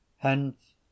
Hence